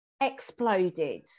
exploded